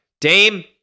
Dame